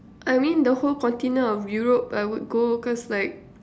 I mean the whole continent of Europe I would go cause like